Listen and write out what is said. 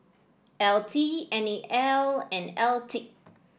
L T N E L and L T